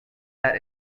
that